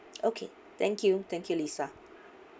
okay thank you thank you lisa